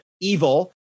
evil